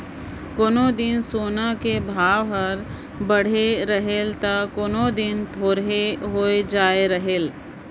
कोनो दिन सोना कर भाव हर बढ़े रहेल ता कोनो दिन थोरहें होए जाए रहेल